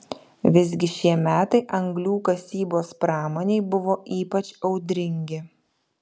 visgi šie metai anglių kasybos pramonei buvo ypač audringi